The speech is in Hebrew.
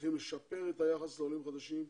צריכים לשפר את היחס לעולים החדשים,